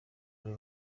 ari